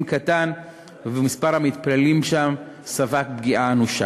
קטן ומספר המתפללים שם ספג פגיעה אנושה.